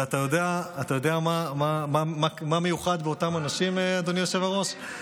ואתה יודע מה מיוחד באותם אנשים, אדוני היושב-ראש?